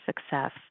success